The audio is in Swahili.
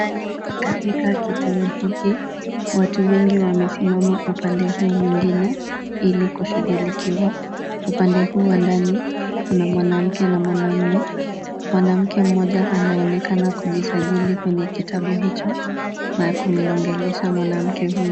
Katika kituo hiki, watu wengi wamesimama upande huu mwingine ili kushughulikiwa. Upande huu wa ndani kuna mwanamke na mwanaume, mwanamke mmoja anaonekana kujisajili kwenye kitabu hicho na kumwongelesha mwanamke huyo.